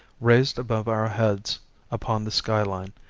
raised above our heads upon the sky-line,